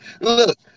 Look